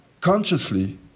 consciously